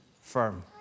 firm